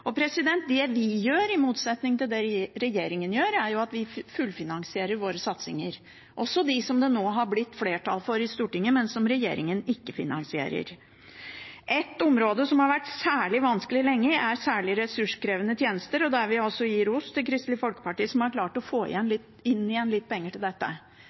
Det vi gjør, i motsetning til det regjeringen gjør, er at vi fullfinansierer våre satsinger, også dem som det nå har blitt flertall for i Stortinget, men som regjeringen ikke finansierer. Et område som har vært særlig vanskelig lenge, er særlig ressurskrevende tjenester, og der vil jeg gi ros til Kristelig Folkeparti som har klart å få inn igjen litt penger til dette.